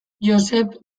josep